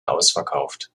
ausverkauft